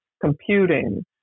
computing